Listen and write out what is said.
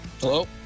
Hello